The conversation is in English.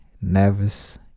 nervous